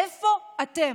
איפה אתם?